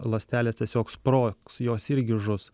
ląstelės tiesiog sprogs jos irgi žus